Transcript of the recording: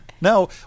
No